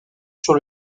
sur